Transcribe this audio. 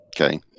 Okay